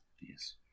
Yes